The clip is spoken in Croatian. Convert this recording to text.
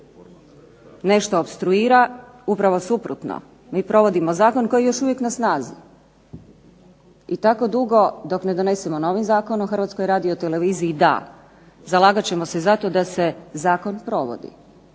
nešto opstruira. Upravo suprotno, mi provodimo zakon koji je još uvijek na snazi i tako dugo dok ne donesemo novi Zakon o Hrvatskoj radioteleviziji da, zalagat ćemo se za to da se zakon provodi.